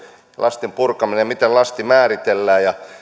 lastin purkaminen miten lasti määritellään ja